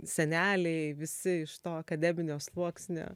seneliai visi iš to akademinio sluoksnio